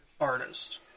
artist